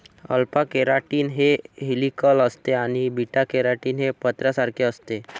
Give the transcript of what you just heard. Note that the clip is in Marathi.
अल्फा केराटीन हे हेलिकल असते आणि बीटा केराटीन हे पत्र्यासारखे असते